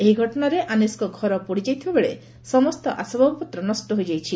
ଏହି ଘଟଣାରେ ଆନିସଙ୍କ ଘର ପୋଡ଼ିଯାଇଥିବା ବେଳେ ସମସ୍ତ ଆସବାବପତ୍ର ନଷ ହୋଇଯାଇଛି